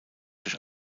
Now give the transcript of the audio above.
durch